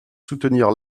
soutenir